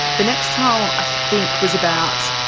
the next trial i think was about,